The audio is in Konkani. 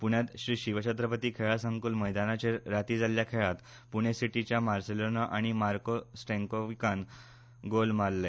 पूण्यात श्री शिवछत्रपती खेळा संकूल मैदानाचेर राती जाल्ल्या खेळात पूणे सीटीच्या मार्सेलोनो आनी मार्को स्टेंकोविकान गोल मारले